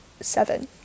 seven